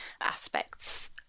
aspects